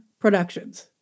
Productions